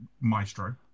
maestro